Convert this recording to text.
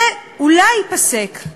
זה אולי ייפסק,